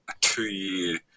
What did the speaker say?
two-year